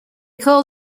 called